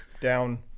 down